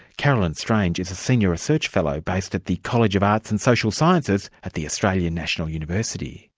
carolyn strange s a senior research fellow based at the college of arts and social sciences at the australian national university.